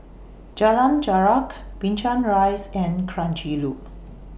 Jalan Jarak Binchang Rise and Kranji Loop